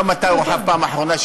לא מתי הורחב פעם אחרונה.